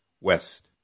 West